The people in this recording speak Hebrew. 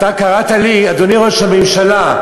אדוני ראש הממשלה,